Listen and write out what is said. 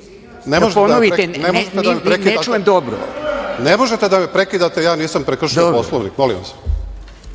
možete da me prekidate, nisam prekršio Poslovnik.